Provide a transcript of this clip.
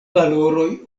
valoroj